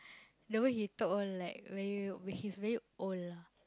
the way he talk all like very he's very old lah